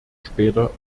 später